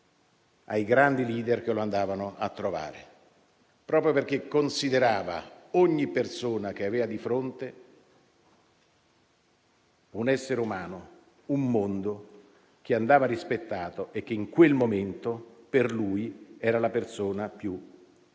ai grandi *leader* che lo andavano a trovare, proprio perché considerava ogni persona che aveva di fronte un essere umano, un mondo che andava rispettato e che in quel momento per lui era la persona più importante.